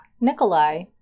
Nikolai